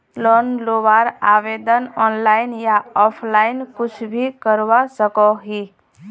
Loan लुबार आवेदन online या ऑफलाइन कुछ भी करवा सकोहो ही?